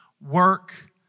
Work